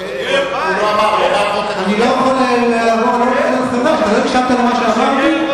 הוא לא אמר, הוא אמר, לא הקשבת למה שאמרתי?